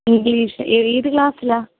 English ഏത് ക്ലാസ്സിലാണ്